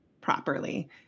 properly